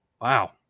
Wow